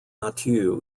mathieu